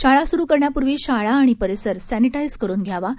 शाळा स्रू करण्यापूर्वी शाळा आणि परिसर सॅनिटाइर करून घ्याव्यात